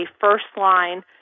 first-line